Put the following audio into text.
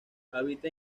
habita